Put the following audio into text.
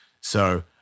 so-